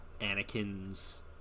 Anakin's